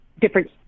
different